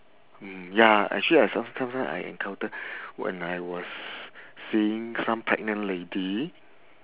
mm ya actually I sometimes sometimes I encounter when I was seeing some pregnant lady